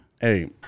hey